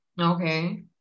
Okay